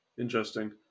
Interesting